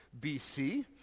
BC